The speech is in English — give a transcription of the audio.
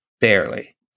barely